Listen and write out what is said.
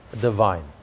divine